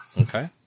okay